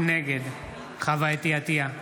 נגד חוה אתי עטייה,